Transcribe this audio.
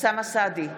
אוסאמה סעדי,